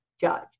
judge